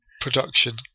production